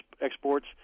exports